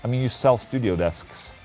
i mean you sell studio desks.